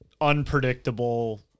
unpredictable